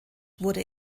wurde